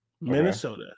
Minnesota